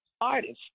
artists